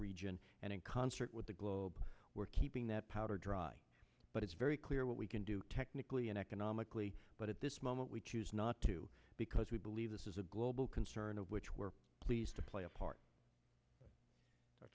region and in concert with the globe we're keeping that powder dry but it's very clear what we can do technically and economically but at this moment we choose not to because we believe this is a global concern of which we're pleased to play a part